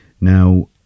Now